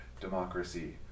democracy